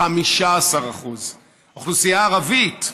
15%. באוכלוסייה הערבית,